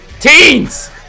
Teens